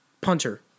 punter